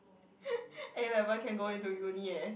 A-Level can go into uni eh